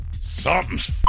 Something's